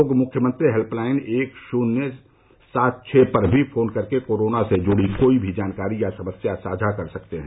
लोग मुख्यमंत्री हेल्पलाइन एक शून्य सात छः पर भी फोन कर के कोरोना से जुड़ी कोई भी जानकारी या समस्या साझा कर सकते हैं